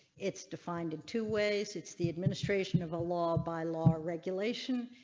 it's defined in two ways. it's the administration of a law by law regulation.